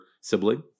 sibling